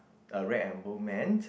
a rag and bone man